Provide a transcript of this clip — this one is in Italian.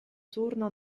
turno